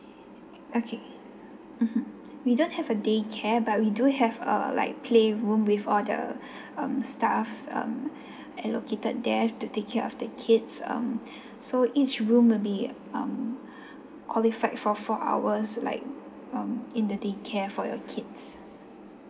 okay mmhmm we don't have a daycare but we do have uh like play room with all the um staffs um and located there to take care of the kids um so each room will be um qualified for four hours like um in the daycare for your kids